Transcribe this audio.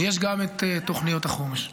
ויש גם את תוכניות החומש.